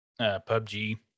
PUBG